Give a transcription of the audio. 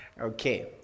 okay